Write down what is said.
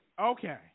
Okay